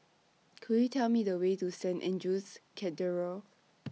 Could YOU Tell Me The Way to Saint Andrew's Cathedral